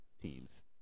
teams